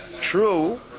true